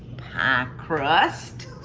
pie crust.